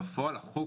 בפועל החוק